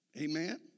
Amen